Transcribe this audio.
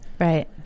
Right